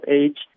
age